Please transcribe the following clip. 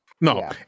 No